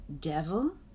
devil